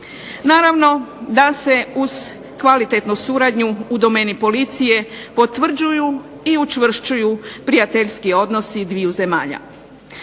Naravno, da se uz kvalitetu suradnju u domeni policije potvrđuju i učvršćuju prijateljski odnosi dviju zemalja.